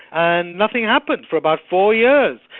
and nothing happened for about four years.